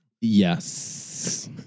Yes